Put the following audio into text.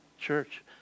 church